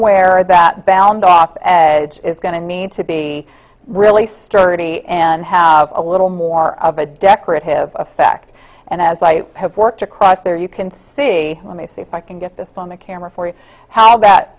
where that bound off is going to need to be really sturdy and have a little more of a decorative effect and as i have worked across there you can see let me see if i can get this on the camera for